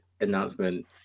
announcement